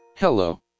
Hello